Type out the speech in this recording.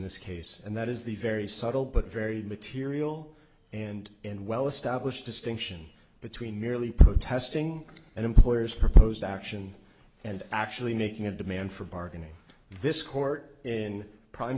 this case and that is the very subtle but very material and and well established distinction between merely protesting an employer's proposed action and actually making a demand for bargaining this court in prime